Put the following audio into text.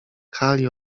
kali